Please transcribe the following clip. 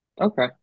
Okay